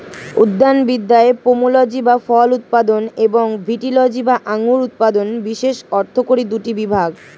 উদ্যানবিদ্যায় পোমোলজি বা ফল উৎপাদন এবং ভিটিলজি বা আঙুর উৎপাদন বিশেষ অর্থকরী দুটি বিভাগ